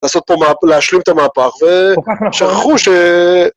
לעשות פה, להשלים את המהפך, ושכחו ש...